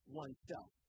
oneself